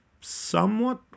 somewhat